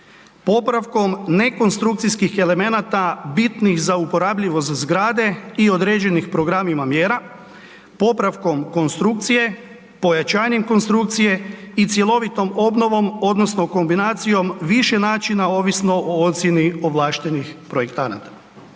Popravkom nekonstrukcijskih elemenata bitnih za uporabljivost zgrade i određenih programima mjera, popravkom konstrukcije, pojačanjem konstrukcije i cjelovitom obnovom odnosno kombinacijom više načina ovisno o ocjeni ovlaštenih projektanata.